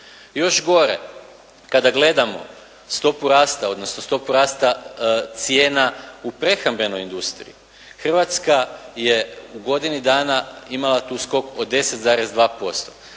Još gore, kada gledamo stopu rasta, odnosno stopu rasta cijena u prehrambenoj industriji, Hrvatska je u godini dana imala tu stopu od 10,2%,